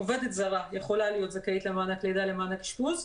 עובדת זרה יכולה להיות זכאית למענק לידה ולמענק אשפוז.